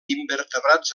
invertebrats